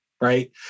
right